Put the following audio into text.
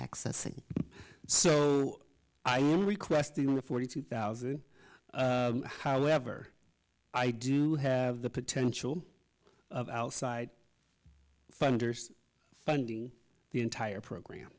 accessing so i am requesting over forty two thousand however i do have the potential of outside funders funding the entire program